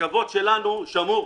הכבוד שלנו שמור.